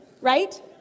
right